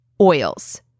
oils